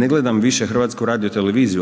Ne gledam više HRT,